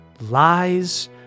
lies